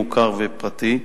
מוכר ופרטי.